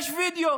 יש וידיאו,